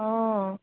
অঁ